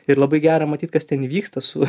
ir labai gera matyt kas ten vyksta su